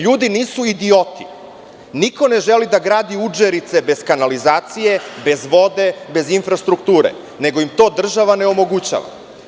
Ljudi nisu idioti, niko ne želi da gradi udžerice bez kanalizacije, bez vode, bez infrastrukture, nego im to država ne omogućava.